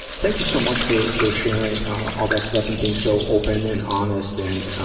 thank you so much for, for sharing, ah, all that stuff and being so open and honest and, ah,